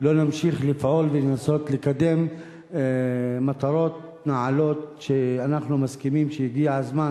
לא נמשיך לפעול ולנסות לקדם מטרות נעלות שאנחנו מסכימים שהגיע הזמן